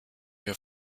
wir